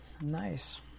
Nice